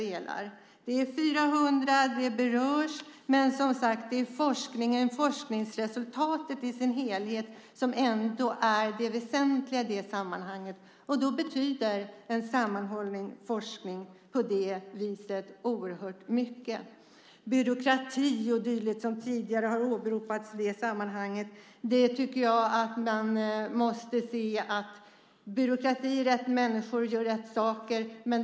Det berör 400, men det är forskningsresultatet i sin helhet som är det väsentliga i sammanhanget. Då betyder en sammanhållen forskning oerhört mycket. Byråkrati och dylikt har tidigare åberopats i sammanhanget. Jag tycker att man måste se till att rätt människor gör rätt saker.